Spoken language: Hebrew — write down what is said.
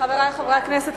חברי חברי הכנסת,